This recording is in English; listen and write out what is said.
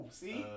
see